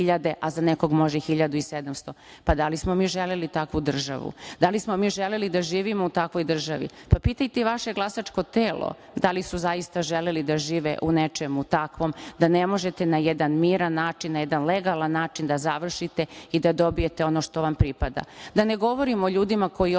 Da li smo mi želeli takvu državu? Da li smo mi želeli da živimo u takvoj državi? Pitajte i vaše glasačko telo da li su zaista želeli da žive u nečemu takvom, da ne možete na jedan miran način, na jedan legalan način da završite i da dobijete ono što vam pripada? Da